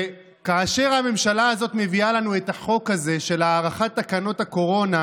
וכאשר הממשלה הזאת מביאה לנו את החוק הזה של הארכת תקנות הקורונה,